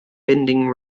bending